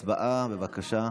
הצבעה, בבקשה.